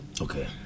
Okay